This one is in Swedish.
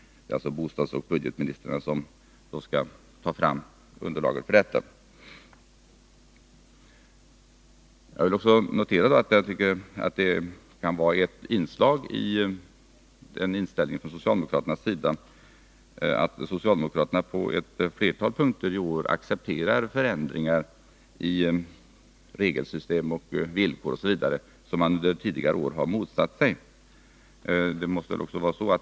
Det är alltså bostadsoch budgetministrarna som skall ta fram underlaget för den. Jag noterar som ett inslag i den socialdemokratiska inställningen att man i år på ett flertal punkter accepterar förändringar i regelsystem och villkor som man under tidigare år motsatt sig.